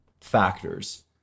factors